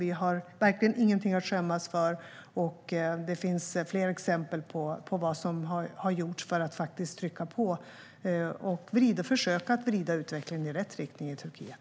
Vi har verkligen ingenting att skämmas för, och det finns fler exempel på vad som har gjorts för att faktiskt trycka på och försöka vrida utvecklingen i rätt riktning i Turkiet.